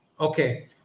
Okay